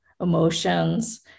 emotions